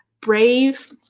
brave